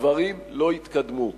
הדברים לא יתקדמו.